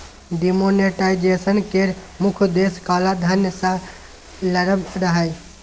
demonetisation केर मुख्य उद्देश्य काला धन सँ लड़ब रहय